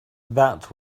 that